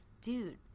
dude